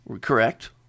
Correct